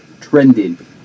trending